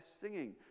singing